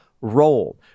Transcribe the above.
role